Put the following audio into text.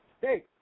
Hey